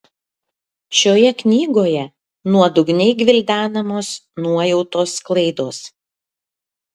šioje knygoje nuodugniai gvildenamos nuojautos klaidos